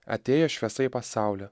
atėjo šviesa į pasaulį